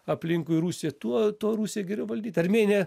aplinkui rusiją tuo tuo rusijai geriau valdyt armėnija